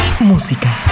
Música